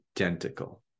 identical